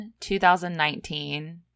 2019